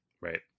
Right